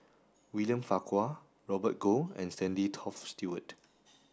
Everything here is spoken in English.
William Farquhar Robert Goh and Stanley Toft Stewart